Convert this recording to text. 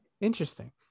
Interesting